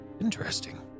interesting